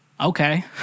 okay